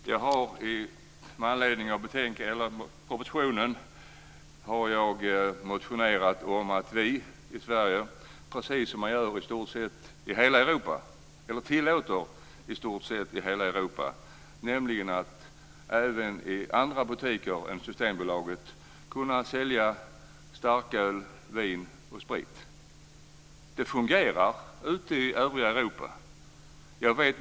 Jag har med anledning av propositionen motionerat om att vi i Sverige - precis som man i stort sett tillåter i hela Europa - även i andra butiker än i Systembolagets ska kunna sälja starköl, vin och sprit. Det fungerar ute i övriga Europa.